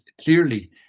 clearly